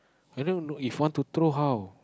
i don't know if want to throw how